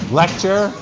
lecture